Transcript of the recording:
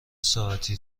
ساعتی